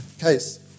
case